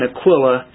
Aquila